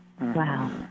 Wow